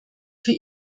für